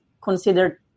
considered